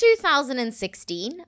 2016